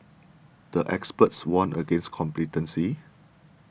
the experts warned against complacency